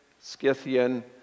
Scythian